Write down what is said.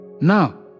Now